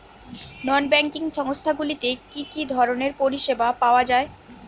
নন banking সংস্থা গুলিতে কি কি ধরনের পরিসেবা পাওয়া য়ায়?